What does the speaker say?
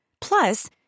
Plus